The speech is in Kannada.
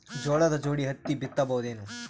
ಜೋಳದ ಜೋಡಿ ಹತ್ತಿ ಬಿತ್ತ ಬಹುದೇನು?